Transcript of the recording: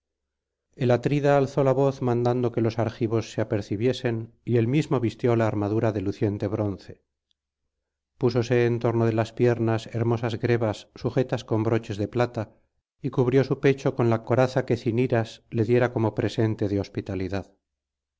el atrida alzó la voz mandando que los argivos se apercibiesen y él mismo vistió la armadura de luciente bronce púsose en torno de las piernas hermosas grebas sujetas con broches de plata y cubrió su pecho con la coraza que ciniras le diera como presente de hospitalidad